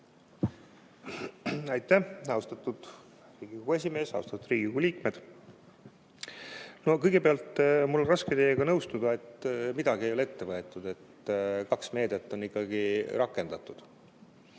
Aitäh, austatud Riigikogu esimees! Austatud Riigikogu liikmed! Kõigepealt, mul on raske teiega nõustuda, et midagi ei ole ette võetud. Kaht meedet on ikkagi rakendatud.